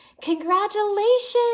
Congratulations